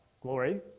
glory